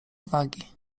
uwagi